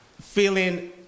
feeling